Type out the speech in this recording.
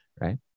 right